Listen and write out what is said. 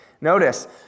Notice